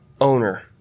Owner